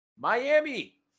Miami